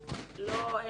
לא מעבירים לו מסמכים,